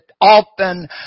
often